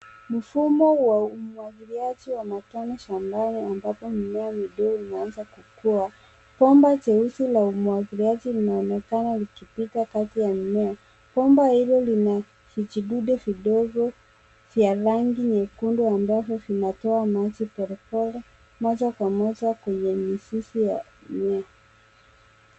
Mfumo wa umwagiliaji wa matone shambani ambapo mimea midogo imeanza kukuaa. Bomba jeusi la umwagiliaji linaonekana likipita kati ya mima Bomba hilo lina vijidude vidogo vya rangi nyekunde ambavyo vinatoa maji polepole moja kwa moja kwenye mizizi ya mimea.